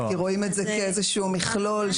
כי רואים את זה כאיזשהו מכלול.